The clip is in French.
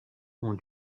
ont